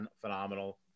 phenomenal